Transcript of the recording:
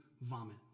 vomit